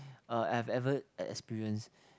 uh I have ever experience